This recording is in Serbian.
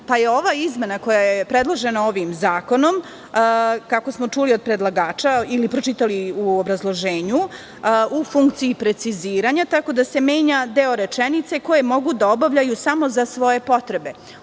pa je ova izmena, koja je predložena ovim zakonom, kako smo čuli od predlagača ili pročitali u obrazloženju, u funkciji preciziranja, tako da se menja deo rečenice - koje mogu da obavljaju samo za svoje potrebe.